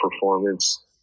performance